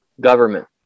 government